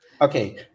Okay